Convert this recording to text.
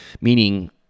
Meaning